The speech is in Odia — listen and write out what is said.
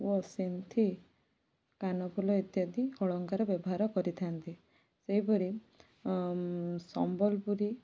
ଉଅ ସିନ୍ଥି କାନଫୁଲ ଇତ୍ୟାଦି ଅଳଙ୍କାର ବ୍ୟବହାର କରିଥାନ୍ତି ସେହିପରି ସମ୍ବଲପୁରୀ